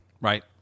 Right